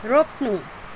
रोक्नु